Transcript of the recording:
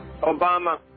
Obama